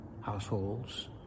households